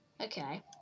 Okay